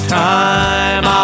time